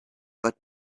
but